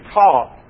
taught